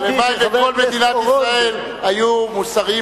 הלוואי שכל מדינת ישראל היו מוסריים